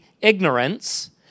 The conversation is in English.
ignorance